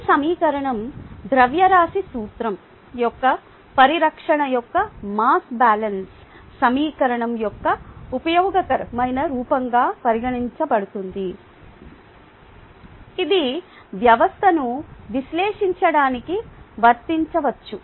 ఈ సమీకరణం ద్రవ్యరాశి సూత్రం యొక్క పరిరక్షణ యొక్క మాస్ బ్యాలెన్స్ సమీకరణం యొక్క ఉపయోగకరమైన రూపంగా పరిగణించబడుతుంది ఇది వ్యవస్థను విశ్లేషించడానికి వర్తించవచ్చు